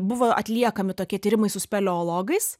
buvo atliekami tokie tyrimai su speleologais